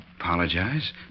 Apologize